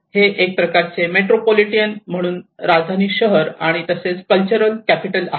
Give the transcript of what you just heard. हे एक प्रकारचे मेट्रोपोलिटिअन म्हणून राजधानी शहर आणि तसेच कल्चरल कॅपिटल आहे